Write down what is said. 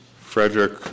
Frederick